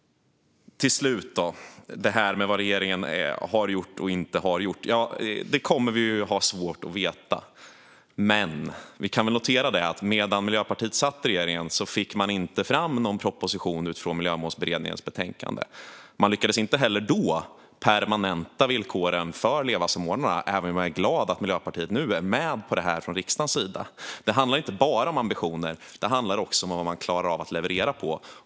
Till slut har vi det här med vad regeringen har gjort och inte gjort. Det kommer vi att ha svårt att veta, men vi kan väl notera att medan Miljöpartiet satt i regeringen fick man inte fram någon proposition utifrån Miljömålsberedningens betänkande. Man lyckades inte heller då permanenta villkoren för LEVA-samordnarna, även om jag är glad att Miljöpartiet nu är med på det från riksdagens sida. Det handlar inte bara om ambitioner, utan det handlar också om vad man klarar av att leverera.